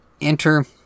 enter